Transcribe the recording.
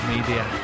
Media